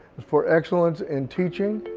for excellence in teaching.